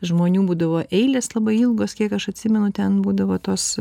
žmonių būdavo eilės labai ilgos kiek aš atsimenu ten būdavo tos